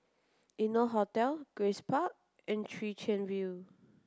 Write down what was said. Innotel Hotel Grace Park and Chwee Chian View